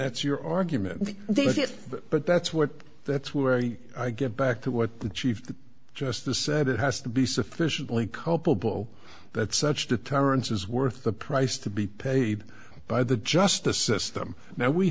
that's your argument then i get that but that's what that's where i get back to what the chief justice said it has to be sufficiently culpable that such deterrence is worth the price to be paid by the justice system now we